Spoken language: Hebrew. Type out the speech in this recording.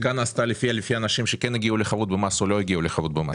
הבדיקה נעשתה לפי האנשים שכן הגיעו לחבות במס או לא הגיעו לחבות במס.